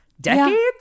decades